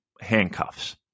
handcuffs